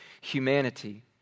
humanity